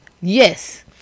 Yes